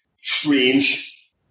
strange